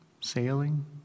sailing